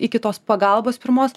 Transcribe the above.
iki tos pagalbos pirmos